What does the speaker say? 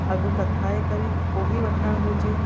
अघु कथाए करे पोइ ई वठणु घुरिजे